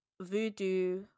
voodoo